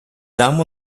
damen